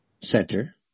center